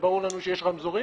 וברור לנו שיש רמזורים,